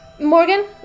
Morgan